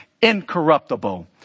Incorruptible